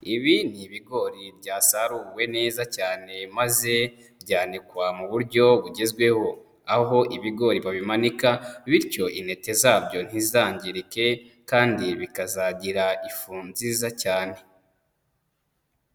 Ibi ni ibigori byasaruwe neza cyane, maze byanikwa mu buryo bugezweho, aho ibigori babimanika bityo inete zabyo ntizangirike kandi bikazagira ifu nziza cyane.